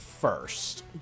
first